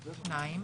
שניים.